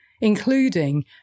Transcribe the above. including